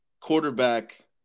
quarterback